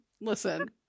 Listen